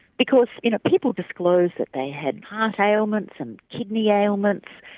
because you know people disclosed that they had heart ailments and kidney ailments,